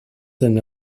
than